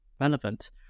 relevant